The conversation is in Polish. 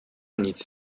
nic